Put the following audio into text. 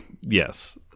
Yes